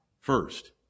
first